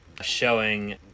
Showing